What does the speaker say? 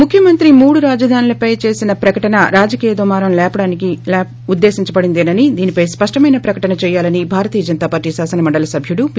ముఖ్యమంత్రి మూడు రాజధానులపై చేసిన ప్రకటన రాజకీయ దుమారం లేపడానికి ఉద్దేశించబడినదేనని దీనిపై స్పష్టమైన ప్రకటన చేయాలని భారతీయ జనతాపార్లీ శాసనమండలి సభ్యుడు పి